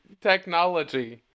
technology